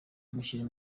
mushyire